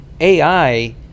ai